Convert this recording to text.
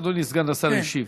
אדוני סגן השר ישיב.